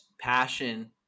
passion